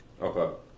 Okay